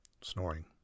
snoring